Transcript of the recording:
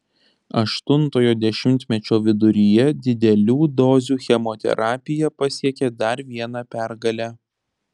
aštuntojo dešimtmečio viduryje didelių dozių chemoterapija pasiekė dar vieną pergalę